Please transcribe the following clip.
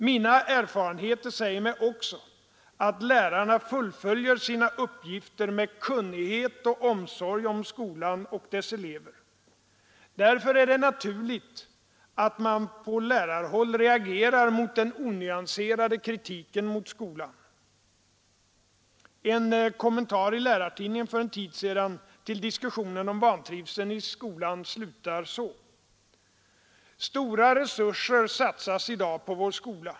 Mina erfarenheter säger mig också att lärarna fullföljer sina uppgifter med kunnighet och omsorg om skolan och dess elever. Därför är det naturligt att man på lärarhåll reagerar mot den onyanserade kritiken av skolan. En kommentar i Lärartidningen för en tid sedan till diskussionen om ”vantrivseln i skolan” slutar så: ”Stora resurser satsas i dag på vår skola.